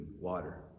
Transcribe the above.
water